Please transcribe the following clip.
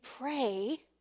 pray